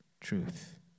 truth